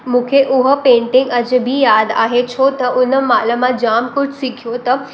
मूंखे उहा पेंटिंग अॼु बि यादि आहे छो त उन महिल मां जाम कुझु सिखियो त